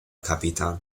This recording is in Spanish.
capitán